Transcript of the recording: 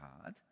hard